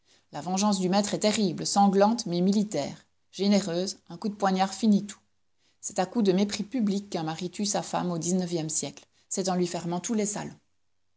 la vengeance du maître est terrible sanglante mais militaire généreuse un coup de poignard finit tout c'est à coups de mépris public qu'un mari tue sa femme au xixe siècle c'est en lui fermant tous les salons